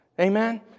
Amen